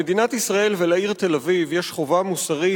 למדינת ישראל ולעיר תל-אביב יש חובה מוסרית,